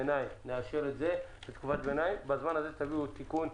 לאשר את זה תחת תקופת ביניים ובזמן הזה תביאו תיקון.